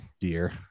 dear